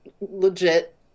legit